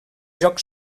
joc